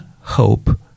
hope